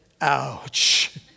ouch